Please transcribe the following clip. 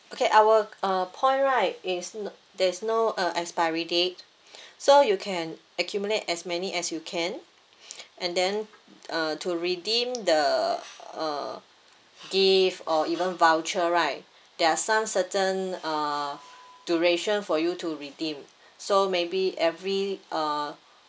okay our uh point right is n~ there is no uh expiry date so you can accumulate as many as you can and then uh to redeem the uh gift or even voucher right there are some certain uh duration for you to redeem so maybe every uh